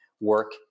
work